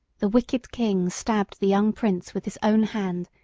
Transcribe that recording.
the wicked king stabbed the young prince with his own hand,